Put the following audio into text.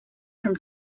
from